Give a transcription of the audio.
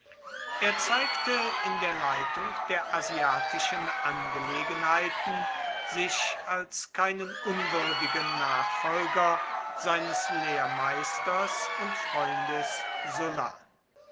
er zeigte in der leitung der asiatischen angelegenheiten sich als keinen unwürdigen nachfolger seines lehrmeisters und freundes sulla